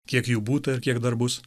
kiek jų būta ir kiek dar bus